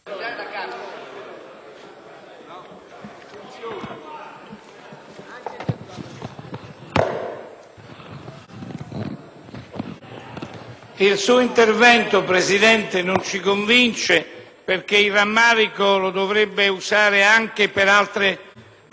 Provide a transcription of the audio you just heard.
il suo intervento non ci convince perché il rammarico lo dovrebbe usare anche per altre vicende che hanno interessato l'Aula nella giornata di ieri.